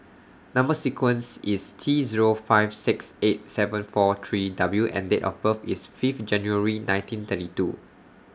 Number sequence IS T Zero five six eight seven four three W and Date of birth IS Fifth January nineteen thirty two